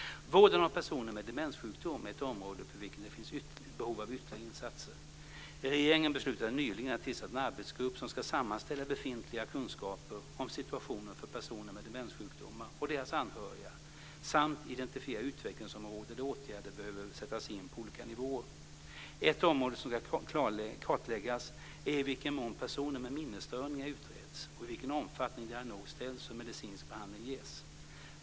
Vården av personer med demenssjukdom är ett område på vilket det finns behov av ytterligare insatser. Regeringen beslutade nyligen att tillsätta en arbetsgrupp som ska sammanställa befintliga kunskaper om situationen för personer med demenssjukdomar och deras anhöriga samt identifiera utvecklingsområden där åtgärder behöver sättas in på olika nivåer. Ett område som ska kartläggas är i vilken mån personer med minnesstörningar utreds och i vilken omfattning diagnos ställs och medicinsk behandling ges.